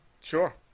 Sure